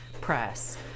press